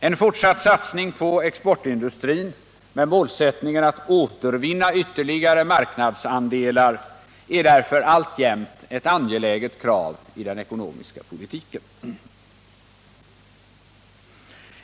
En fortsatt satsning på exportindustrin med målsättningen att återvinna ytterligare marknadsandelar är därför alltjämt ett angeläget krav i den ekonomiska politiken.